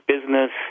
business